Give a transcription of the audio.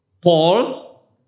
Paul